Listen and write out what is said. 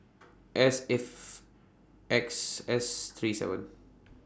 S F X S three seven